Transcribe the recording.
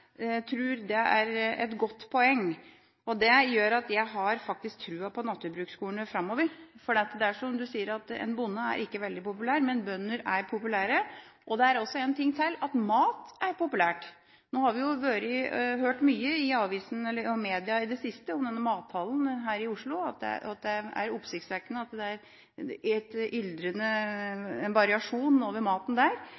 tror det er et godt poeng. Det gjør at jeg faktisk har tro på naturbruksskolene framover. For – som representanten sier – det å være bonde er ikke veldig populært, men bønder er populære. Det er også en ting til: Mat er populært. Nå har vi hørt mye i aviser og medier i det siste om denne mathallen her i Oslo – det er oppsiktsvekkende med variasjonen av maten der. Men mat er populært. Det er